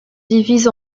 divise